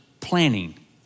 Planning